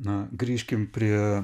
na grįžkim prie